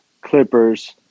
Clippers